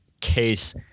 case